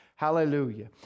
Hallelujah